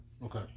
Okay